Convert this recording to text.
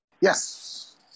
Yes